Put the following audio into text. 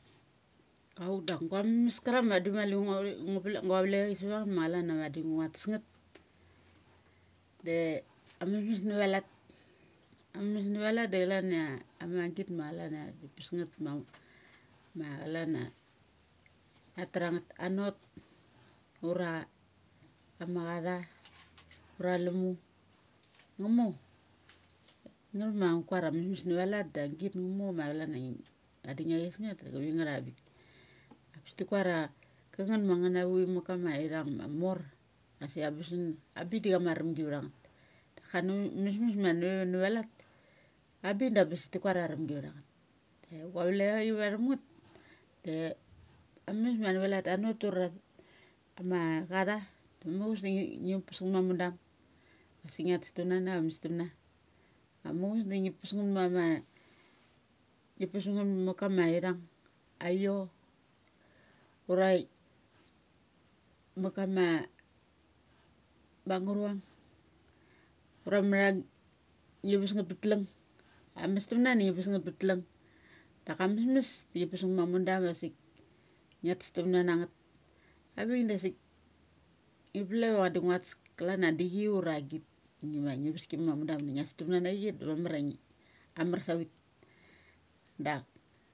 Auk dak gua mames karung ma malinga ve ngo plek gua vlek achi sava ngeth ma chalan a radi ngna tesngth. De amesmes na va lat. Amm mesmes navalat da calan ia amagit ma chalania pes ngth ma ma clana a tha tra ngeth anot ura. ama acata ura alumu ngu mor. Nga ma ngn kar ia am mesmes ma va lat da agit nga mor ma chala ia ngi, vadi ngi ais ngeth da chavinegth ava bik. Am besti kuar a kangeth mangeth na vi ma kama ithung ma mor asik am bes, ambik da cha ma arumgi vtha ngeth. Da ka ames mes ma nare na va lat a bik da besti kuar ia arumgi vtha ngeth. Gua vlek a chi vathumngeth de ammes ma nae na va lat anot ura ama anatha. Muchus di ngi. ngipes ngeth ma ka mudam vasik ngia tes turm na na chama mestum na. Da muchus da ngi pes ma ma ngi pes mangeth ma ka mudam vasik ngiat ngeth uraes turn na na amas mestum na. Da muchus da ngi pes ma ma ngi pes mangeth ma ka maithung aio. Ura ma ka ma bunggruang. Ura mathang. ngi vas ngeth pa thalung. Am mestum na da ngi vas ngeth pa tlung. Daka mesmes da ngi pes ngeth ma ka mudam vasik ngia testam na na ngeth. Avik dasik ngi plek ia vadi ngua tes klan ia chichi ura git. Ngi ma ngi vasik ma mudam da ngi as tam na na chi da ma mar a ngi amar savit. Dak.